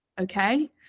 okay